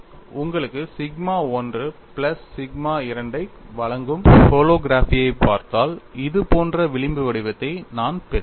உங்களுக்கு sigma 1 plus sigma 2 ஐ வழங்கும் ஹாலோகிராஃபியைப் பார்த்தால் இது போன்ற விளிம்பு வடிவத்தை நான் பெறுகிறேன்